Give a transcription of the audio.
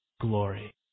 glory